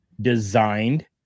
designed